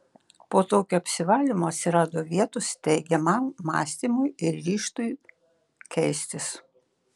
po tokio apsivalymo atsirado vietos teigiamam mąstymui ir ryžtui keistis